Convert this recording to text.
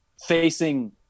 facing